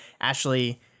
Ashley